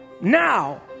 now